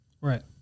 right